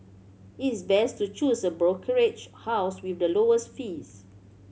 it's best to choose a brokerage house with the lowest fees